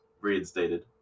reinstated